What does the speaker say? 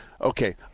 okay